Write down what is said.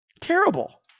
Terrible